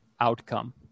outcome